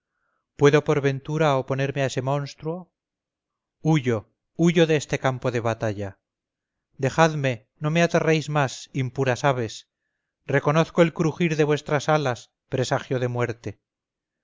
puedo por ventura oponerme a ese monstruo huyo huyo de este campo de batalla dejadme no me aterréis más impuras aves reconozco el crujir de vuestras alas presagio de muerte